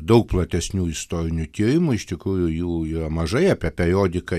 daug platesnių istorinių tyrimų iš tikrųjų jų yra mažai apie periodiką